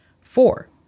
Four